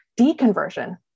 deconversion